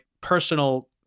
personal